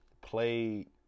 played